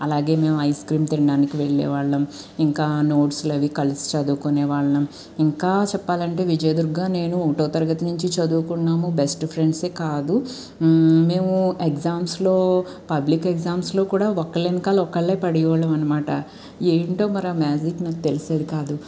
అలాగే మేము ice cream తినడానికి వెళ్ళే వాళ్ళం ఇంకా నోట్స్లవి కలిసి చదువుకునే వాళ్ళం ఇంకా చెప్పాలంటే విజయ దుర్గా నేను ఒకటో తరగతి నుంచి చదువుకున్నాము బెస్ట్ ఫ్రెండ్స్ ఏ కాదు మేము ఎగ్జామ్స్లో పబ్లిక్ ఎగ్జామ్స్లో కూడా ఒక్కలి వెనకాల ఒకళ్ళే పడేవాళ్ళం అనమాట ఏంటో మరి ఆ మ్యాజిక్ తెలిసేది కాదు